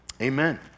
Amen